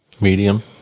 Medium